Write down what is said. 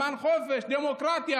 למען חופש,